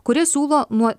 kurie siūlo nuo